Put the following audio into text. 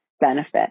benefit